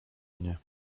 mnie